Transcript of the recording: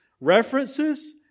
references